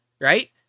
right